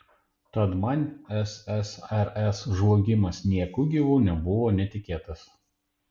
tad man ssrs žlugimas nieku gyvu nebuvo netikėtas